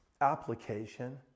application